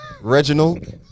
Reginald